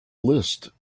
list